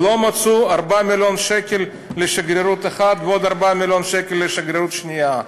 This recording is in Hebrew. ולא מצאו 4 מיליון שקל לשגרירות אחת ועוד 4 מיליון שקל לשגרירות השנייה.